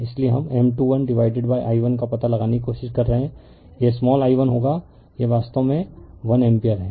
इसलिए हम M21 divided by i1का पता लगाने की कोशिश कर रहे हैं यह स्माल i1 होगा यह वास्तव में 1 एम्पीयर है